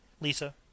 Lisa